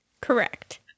Correct